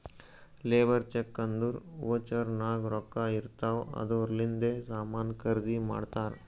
labour check ಅಂದುರ್ voucher ನಾಗ್ ರೊಕ್ಕಾ ಇರ್ತಾವ್ ಅದೂರ್ಲಿಂದೆ ಸಾಮಾನ್ ಖರ್ದಿ ಮಾಡ್ತಾರ್